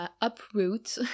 Uproot